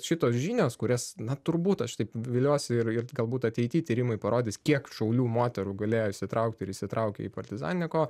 šitos žinios kurias na turbūt aš taip viliuosi ir ir galbūt ateity tyrimai parodys kiek šaulių moterų galėjo įsitraukti ir įsitraukė į partizaninę kovą